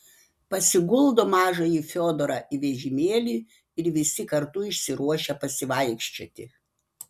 pasiguldo mažąjį fiodorą į vežimėlį ir visi kartu išsiruošia pasivaikščioti